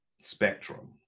spectrum